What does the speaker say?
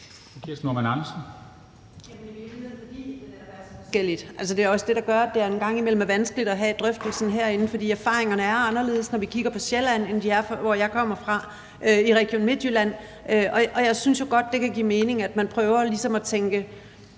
det er også det, der gør, at det engang imellem er vanskeligt at have drøftelsen herinde. For erfaringerne er anderledes, når vi kigger på Sjælland, end de er der, hvor jeg kommer fra, i Region Midtjylland, og jeg synes jo godt, det kan give mening, at man ligesom prøver